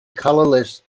colorless